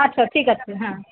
আচ্ছা ঠিক আছে হ্যাঁ